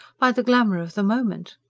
by the glamour of the moment.